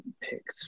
picked